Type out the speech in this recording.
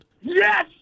Yes